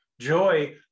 Joy